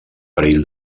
perill